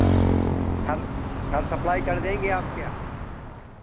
घर घर सप्लाई कर देंगे आप क्या